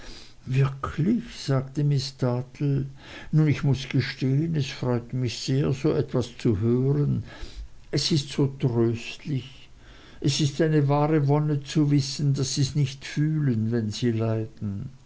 wirklich sagte miß dartle nun ich muß gestehen es freut mich sehr so etwas zu hören es ist so tröstlich es ist eine wahre wonne zu wissen daß sies nicht fühlen wenn sie leiden